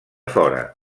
fora